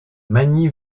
magny